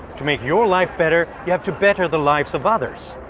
to make your life better, you have to better the lives of others.